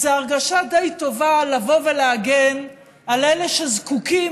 זאת הרגשה די טובה לבוא ולהגן על אלה שזקוקים,